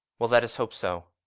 well, let us hope so.